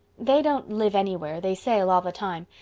they don't live anywhere, they sail all the time,